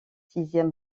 sixième